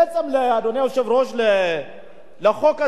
לחוק הזה יש שתי מטרות עיקריות,